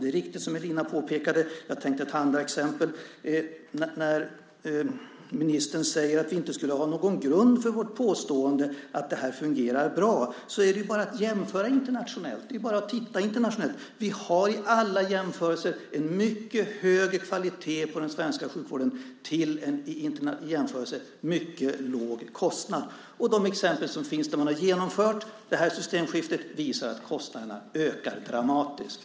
Det som Elina påpekade är helt riktigt, och jag tänkte ta ett annat exempel. När ministern säger att vi inte skulle ha någon grund för vårt påstående att det hela fungerar bra är det bara att jämföra internationellt. Vi har i alla jämförelser en mycket högre kvalitet på den svenska sjukvården - till en i internationell jämförelse mycket låg kostnad. De exempel som finns, där man alltså genomfört detta systemskifte, visar att kostnaderna ökar dramatiskt.